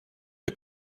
wir